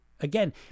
again